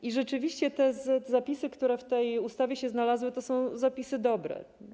I rzeczywiście te zapisy, które w tej ustawie się znalazły, to są zapisy dobre.